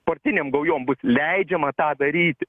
partinėm gaujom bus leidžiama tą daryti